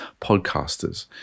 podcasters